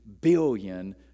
billion